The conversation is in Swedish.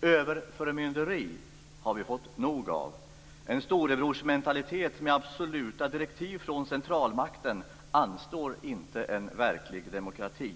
Överförmynderi har vi fått nog av. En storebrorsmentalitet med absoluta direktiv från centralmakten anstår inte en verklig demokrati.